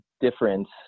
difference